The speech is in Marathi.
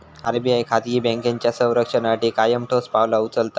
आर.बी.आय खाजगी बँकांच्या संरक्षणासाठी कायम ठोस पावला उचलता